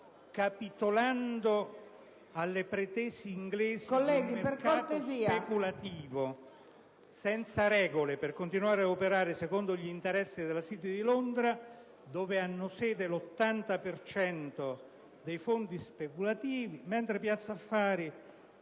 capitolando alle pretese inglesi di un mercato speculativo senza regole, per continuare a operare secondo gli interessi della City di Londra, dove hanno sede l'80 per cento dei fondi speculativi, mentre a Piazza affari